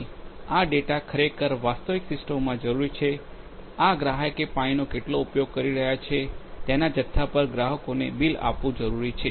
અને આ ડેટા ખરેખર વાસ્તવિક સિસ્ટમોમાં જરૂરી છે આ ગ્રાહકે પાણીનો કેટલો ઉપયોગ કરી રહ્યા છે તેના જથ્થા પર ગ્રાહકોને બિલ આપવું જરૂરી છે